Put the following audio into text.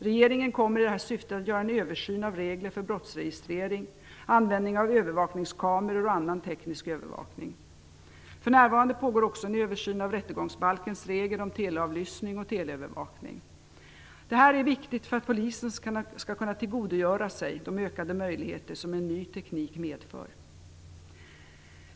Regeringen kommer i det syftet att göra en översyn av regler för brottsregistrering, användning av övervakningskameror och annan teknisk övervakning. För närvarande pågår en översyn av rättegångsbalkens regler om teleavlyssning och teleövervakning. Det här är viktigt för att polisen skall kunna tillgodogöra sig de ökade möjligheter som ny teknik medför.